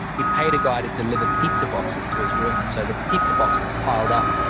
he paid a guy to deliver pizza boxes to his room, and so the pizza boxes piled up.